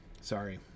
Sorry